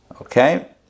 okay